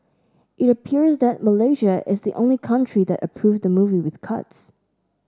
it appears that Malaysia is the only country that approved the movie with cuts